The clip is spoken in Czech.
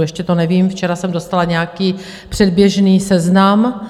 Ještě to nevím, včera jsem dostala nějaký předběžný seznam.